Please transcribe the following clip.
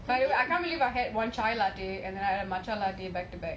anyway I can't believe I had one chai latte and then match latte back to back